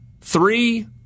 Three